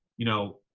you know,